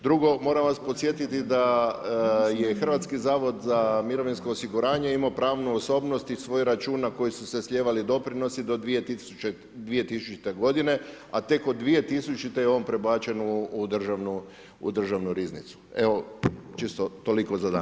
Drugo, moram vas podsjetiti da je Hrvatski zavod za mirovinsko osiguranje imao pravnu osobnost i svojih računa iz kojih su se slijevali doprinosi do 2000. godine, a tek od 2000. je on prebačen u državnu riznicu, čisto toliko za danas.